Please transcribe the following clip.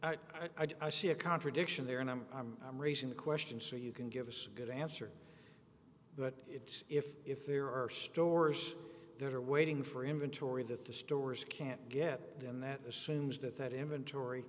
and i share a contradiction there and i'm i'm i'm raising the question sure you can give us a good answer but it's if if there are stores that are waiting for inventory that the stores can't get and that assumes that that inventory